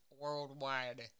worldwide